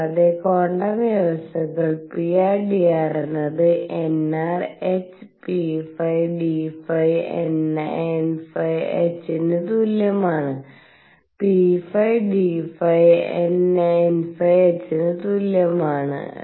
കൂടാതെ ക്വാണ്ടം വ്യവസ്ഥകൾക്വാണ്ടും states pr dr എന്നത് nr h pθ dθ nθ h ന് തുല്യമാണ് pϕ d ϕ nϕ h ന് തുല്യമാണ്